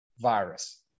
virus